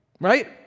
right